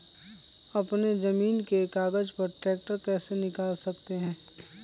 अपने जमीन के कागज पर ट्रैक्टर कैसे निकाल सकते है?